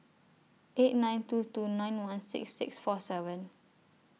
eight nine two two nine one six six four seven